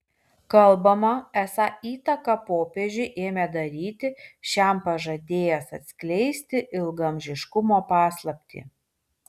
kalbama esą įtaką popiežiui ėmė daryti šiam pažadėjęs atskleisti ilgaamžiškumo paslaptį